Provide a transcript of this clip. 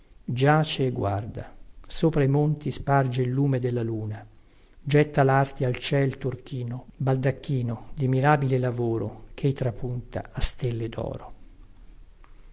giace e guarda sopra i monti sparge il lume della luna getta larti al ciel turchino baldacchino di mirabile lavoro chei trapunta a stelle doro